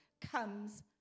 comes